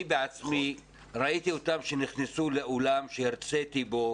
אני בעצמי ראיתי אותם נכנסים לאולם שהרציתי בו